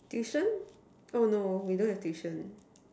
tuition oh no we don't have tuition